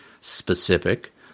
specific